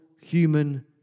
human